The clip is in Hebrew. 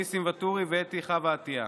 ניסים ואטורי ואתי חוה עטייה.